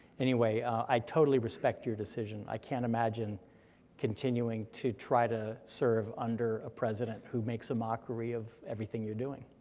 anyway, i totally respect your decision, i can't imagine continuing to try to serve under a president who makes a mockery of everything you're doing.